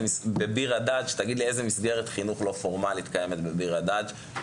תגיד לי איזה מסגרת חינוך לא פורמלית קיימת בביר הדאג׳.